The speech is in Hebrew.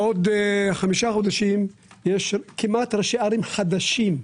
בעוד 5 חודשים יש ראשי ערים חדשים,